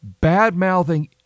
bad-mouthing